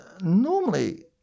normally